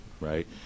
right